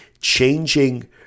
changing